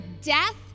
death